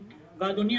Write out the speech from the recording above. ואדוני,